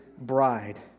bride